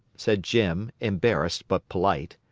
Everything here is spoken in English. said jim, embarrassed, but polite.